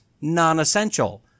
non-essential